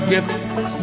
Gifts